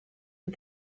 and